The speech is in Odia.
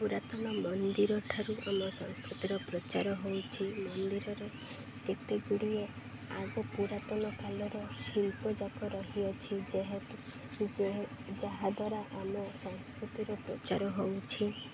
ପୁରାତନ ମନ୍ଦିରଠାରୁ ଆମ ସଂସ୍କୃତିର ପ୍ରଚାର ହଉଛି ମନ୍ଦିରରେ କେତେ ଗୁଡ଼ିଏ ଆଗ ପୁରାତନ କାଳର ଶିଳ୍ପଯାକ ରହିଅଛି ଯେହେତୁ ଯେ ଯାହାଦ୍ୱାରା ଆମ ସଂସ୍କୃତିର ପ୍ରଚାର ହଉଛି